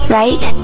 right